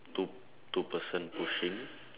two two person pushing